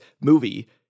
movie